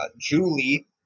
Julie